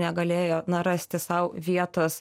negalėjo na rasti sau vietos